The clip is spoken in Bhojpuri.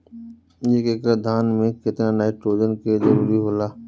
एक एकड़ धान मे केतना नाइट्रोजन के जरूरी होला?